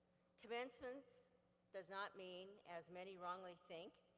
commencements does not mean, as many wrongly think,